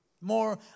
more